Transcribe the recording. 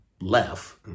left